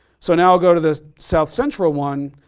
so now i'll go to the south central one,